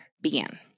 began